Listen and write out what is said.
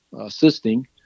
assisting